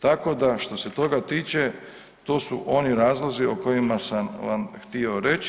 Tako da, što se toga tiče, to su oni razlozi o kojima sam vam htio reći.